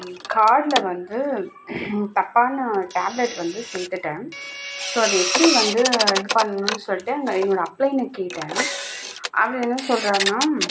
கார்ட்டில் வந்து தப்பான டேப்லெட் வந்து சேர்த்துட்டேன் ஸோ அதை எப்படி வந்து இது பண்ணணும் சொல்லிட்டு எங்கள் என்னோடய அப்ளைன்னை கேட்டேன் அவர் என்ன சொல்கிறாருன்னா